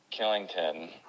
Killington